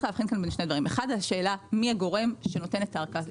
אחד השאלה מי הגורם שנותן את הארכה,